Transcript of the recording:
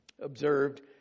observed